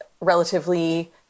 relatively